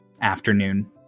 afternoon